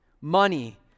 Money